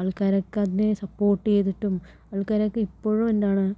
ആൾക്കാരൊക്കെ അതിന് സപ്പോട്ട് ചെയ്തിട്ടും ആൾക്കാരൊക്കെ ഇപ്പോഴും എന്താണ്